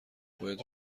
باید